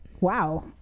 wow